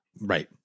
Right